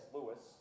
Lewis